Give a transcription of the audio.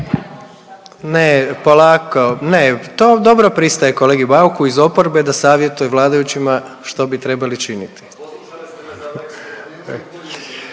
Ne, polako, ne, to dobro pristaje kolegi Bauku iz oporbe da savjetuje vladajućima što bi trebali činiti.